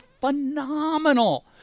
phenomenal